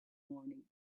morning